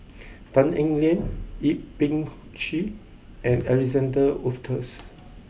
Tan Eng Liang Yip Pin Xiu and Alexander Wolters